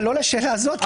אבל לא לשאלה הזאת.